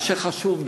מה שחשוב,